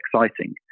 exciting